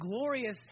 glorious